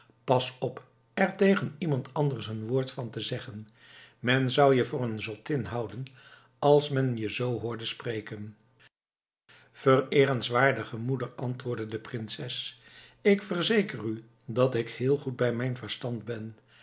pas op er tegen iemand anders een woord van te zeggen men zou je voor een zottin houden als men je zoo hoorde spreken vereerenswaardige moeder antwoordde de prinses ik verzeker u dat ik heel goed bij mijn verstand ben